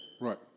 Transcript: Right